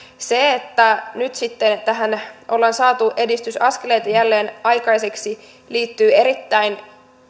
nyt sitten tähän on saatu edistysaskeleita jälleen aikaiseksi liittyen erittäin